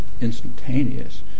instantaneous